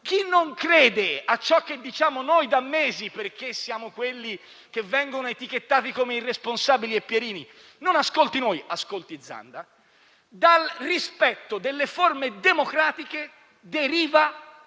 Chi non crede a ciò che diciamo noi da mesi, perché siamo quelli che vengono etichettati come irresponsabili e Pierini, non ascolti noi, ma ascolti il senatore Zanda. Dal rispetto delle forme democratiche deriva